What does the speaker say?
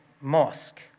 mosque